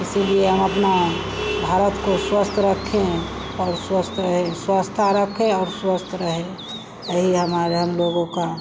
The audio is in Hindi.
इसीलिए हम अपना भारत को स्वस्थ रखें और स्वस्थ रहें स्वच्छता रखें और स्वस्थ रहें यही हमारा हमलोगों का